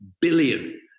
billion